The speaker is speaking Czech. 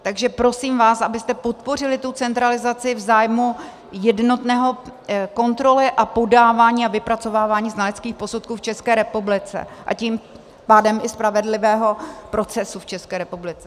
Takže vás prosím, abyste podpořili tu centralizaci v zájmu jednotné kontroly a podávání a vypracovávání znaleckých posudků v České republice, a tím pádem i spravedlivého procesu v České republice.